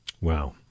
Wow